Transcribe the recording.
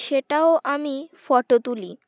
সেটাও আমি ফটো তুলি